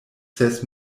ses